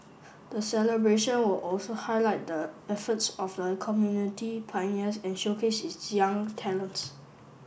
the celebration will also highlight the efforts of the community's pioneers and showcase its young talents